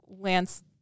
Lance